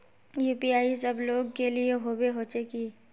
UPI सब लोग के लिए होबे होचे की?